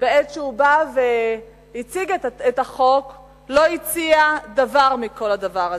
בעת שהוא בא והציג את החוק לא הציעו דבר מכל זה.